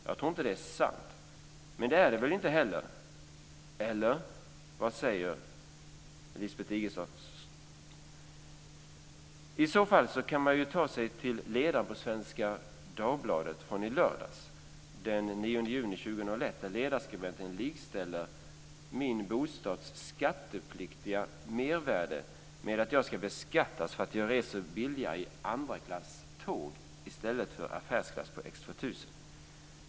Jag tror inte det är sant! Men det är det väl inte heller - eller? Vad säger Lisbeth Staaf Igelström? I så fall kan man ju ta till sig ledaren i Svenska Dagbladet från i lördags, den 9 juni 2001, där ledarskribenten likställer min bostads skattepliktiga mervärde med att jag ska beskattas för att jag reser billigare i andra klass på tåget i stället för i affärsklass på X2000.